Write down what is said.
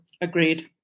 Agreed